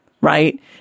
right